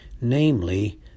namely